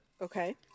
Okay